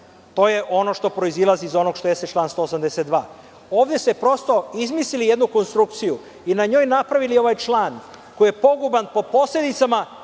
To je ono što proizilazi iz onog što jeste član 182.Ovde ste prosto izmislili jednu konstrukciju i na njoj napravili ovaj član koji je poguban po posledicama